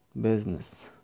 business